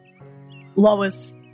Lois